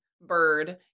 bird